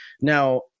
Now